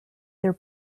their